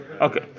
Okay